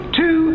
two